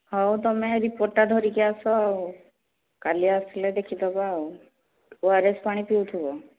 ହଉ ତୁମେ ରିପୋର୍ଟ୍ଟା ଧରିକି ଆସ ଆଉ କାଲି ଆସିଲେ ଦେଖିଦେବା ଆଉ ଓ ଆର୍ ଏସ୍ ପାଣି ପିଉଥିବ